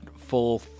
full